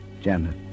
Janet